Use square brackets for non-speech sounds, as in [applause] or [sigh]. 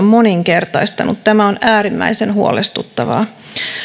[unintelligible] moninkertaistuneet tämä on äärimmäisen huolestuttavaa